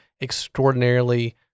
extraordinarily